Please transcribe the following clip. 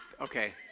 okay